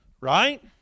Right